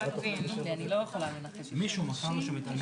שימוש או פיצול